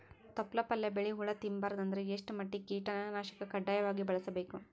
ತೊಪ್ಲ ಪಲ್ಯ ಬೆಳಿ ಹುಳ ತಿಂಬಾರದ ಅಂದ್ರ ಎಷ್ಟ ಮಟ್ಟಿಗ ಕೀಟನಾಶಕ ಕಡ್ಡಾಯವಾಗಿ ಬಳಸಬೇಕು?